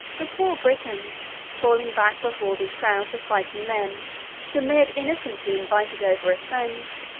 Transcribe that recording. the poor britons, falling back before these crowds of fighting men whom they had innocently invited over as friends,